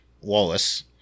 Wallace